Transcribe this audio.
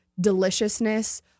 deliciousness